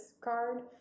card